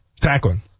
tackling